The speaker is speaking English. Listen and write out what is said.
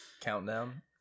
countdown